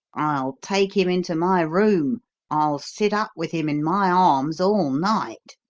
i'll take him into my room i'll sit up with him in my arms all night